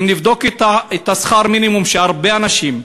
אם נבדוק את שכר המינימום, וזה הרבה אנשים,